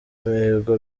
imihigo